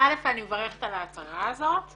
אז א' אני מברכת על ההצהרה הזאת בחלקה.